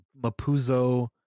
Mapuzo